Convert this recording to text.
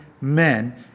men